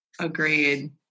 Agreed